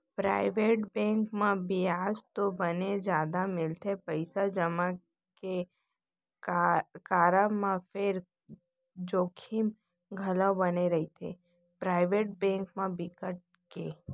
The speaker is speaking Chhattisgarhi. पराइवेट बेंक म बियाज तो बने जादा मिलथे पइसा जमा के करब म फेर जोखिम घलोक बने रहिथे, पराइवेट बेंक म बिकट के